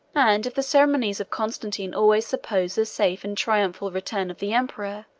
and if the ceremonies of constantine always suppose the safe and triumphal return of the emperor,